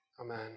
Amen